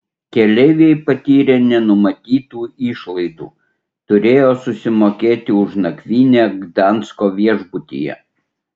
keleiviai patyrė nenumatytų išlaidų turėjo susimokėti už nakvynę gdansko viešbutyje